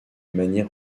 manière